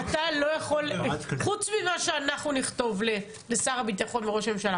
חוץ ממה שאנחנו נכתוב לשר הביטחון וראש הממשלה